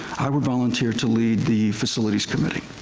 i would volunteer to lead the facilities committee.